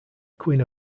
queen